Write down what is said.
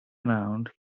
around